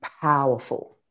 powerful